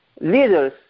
leaders